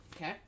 Okay